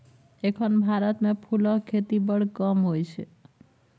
एखन भारत मे फुलक खेती बड़ कम होइ छै